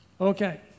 Okay